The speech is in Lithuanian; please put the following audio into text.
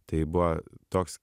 tai buvo toks